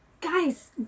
Guys